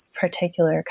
particular